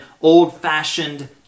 old-fashioned